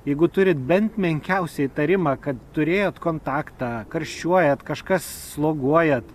jeigu turit bent menkiausią įtarimą kad turėjot kontaktą karščiuojat kažkas sloguojat